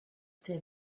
der